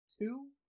two